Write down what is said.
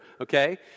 okay